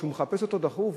שהוא מחפש אותו דחוף,